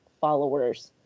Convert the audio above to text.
followers